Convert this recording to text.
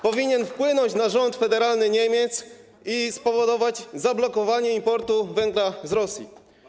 Powinien wpłynąć na rząd federalny Niemiec i spowodować zablokowanie importu węgla z Rosji.